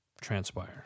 transpire